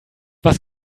was